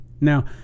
now